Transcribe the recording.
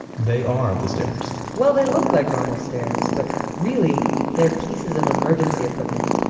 they are the stairs. well, they look like normal stairs but really they're pieces of emergency equipment,